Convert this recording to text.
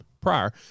prior